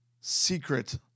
secret